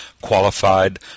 qualified